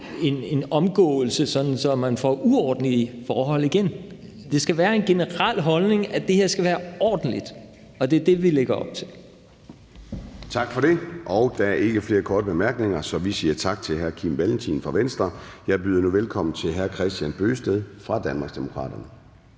en omgåelse, sådan at man får uordentlige forhold igen. Det skal være en generel holdning, at det her skal være ordentligt, og det er det, vi lægger op til. Kl. 10:18 Formanden (Søren Gade): Tak for det. Der er ikke flere korte bemærkninger, så vi siger tak til hr. Kim Valentin fra Venstre. Jeg byder nu velkommen til hr. Kristian Bøgsted fra Danmarksdemokraterne.